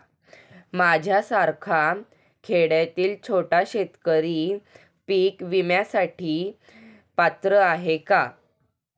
माझ्यासारखा खेड्यातील छोटा शेतकरी पीक विम्यासाठी पात्र आहे का?